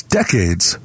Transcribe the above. decades